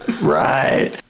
Right